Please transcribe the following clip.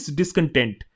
discontent